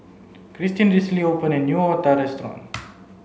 Kristin recently opened a new Otah restaurant